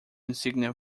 insignia